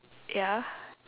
ya